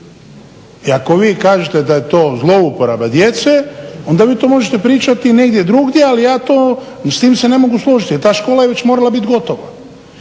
I ako vi kažete da je to zlouporaba djece onda vi to možete pričati negdje drugdje ali ja se s tim ne mogu složiti jel ta škola je već morala biti gotova.